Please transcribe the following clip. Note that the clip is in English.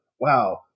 Wow